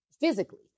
Physically